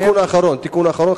התיקון האחרון,